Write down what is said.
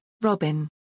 Robin